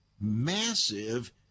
massive